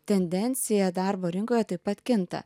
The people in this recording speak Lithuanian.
tendencija darbo rinkoje taip pat kinta